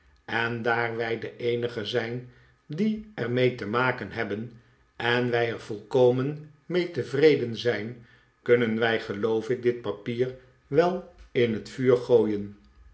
en daar wij de eenigen zijn die er mee te maken hebben en wij er volkomen mee tevreden zijn kunnen wij geloof ik dit papier wel in het vuur gooien